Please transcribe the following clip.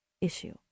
issue